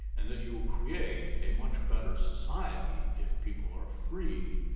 and that you'll create a much better society if people are free,